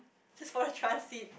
just for a transit